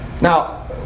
Now